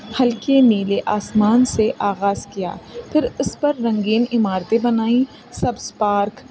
ہلکے نیلے آسمان سے آغاز کیا پھر اس پر رنگین عمارتیں بنائییں سبز پارک